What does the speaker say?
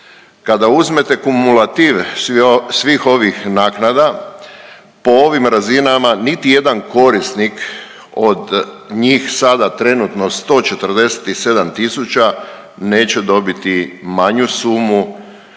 Kada uzmete kumulativ svih ovih naknada, po ovim razinama niti jedan korisnik od njih sada trenutno 147 tisuća neće dobiti manju sumu